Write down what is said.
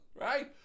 right